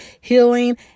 healing